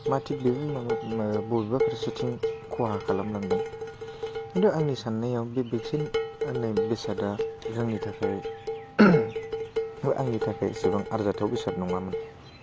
मा थिक बेनि उनाव मा बबेबा फारसेथिं खहा खालामलांदों खिन्थु आंनि साननायाव बे भेक्सिन होननाय बेसादा जोंनि थाखाय बा आंनि थाखाय इसेबां आरजाथाव बेसाद नङामोन